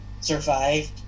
survived